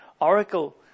oracle